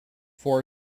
four